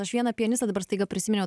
aš vieną pianistą dabar staiga prisiminiau